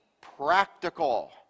practical